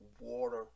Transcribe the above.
water